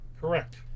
Correct